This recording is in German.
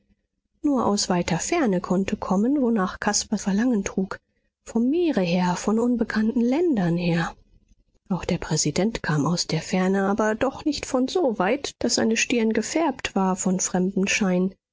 nur aus weiter ferne konnte kommen wonach caspar verlangen trug vom meere her von unbekannten ländern her auch der präsident kam aus der ferne aber doch nicht von so weit daß seine stirn gefärbt war von fremdem schein